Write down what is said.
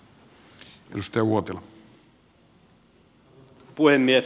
arvoisa puhemies